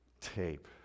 tape